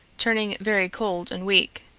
turning very cold and weak.